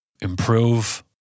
improve